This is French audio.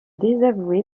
désavoué